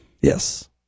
Yes